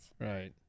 Right